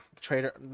Trader